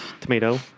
tomato